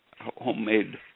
homemade